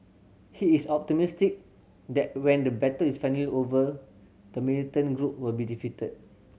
he is optimistic that when the battle is finally over the militant group will be defeated